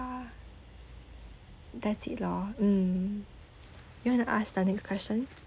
that's it lor mm you want to ask the next question